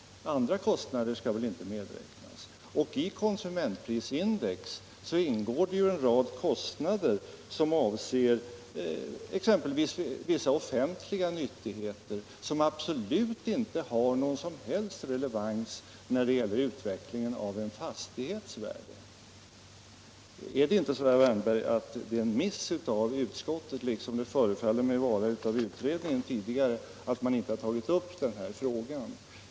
Andra kostnader skall inte medräknas. I konsumentprisindex ingår en rad kostnader som avser exempelvis en del offentliga nyttigheter och som absolut inte har någon relevans när det gäller utvecklingen av en fastighets värde. Är det, herr Wärnberg, inte en miss av utskottet — liksom det förefaller mig ha varit en sådan inom utredningen, på ett tidigare stadium — att man inte tagit upp den här frågan?